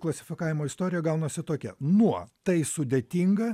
klasifikavimo istorija gaunasi tokia nuo tai sudėtinga